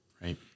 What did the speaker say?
Right